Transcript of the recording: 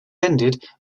ended